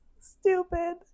Stupid